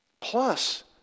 Plus